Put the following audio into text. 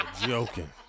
joking